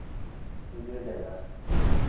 ᱯᱩᱡᱟᱹ ᱡᱟᱭᱜᱟ